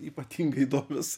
ypatingai įdomios